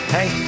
Hey